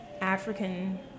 African